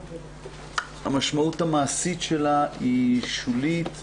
המשמעות המעשית שלה היא שולית,